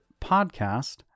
podcast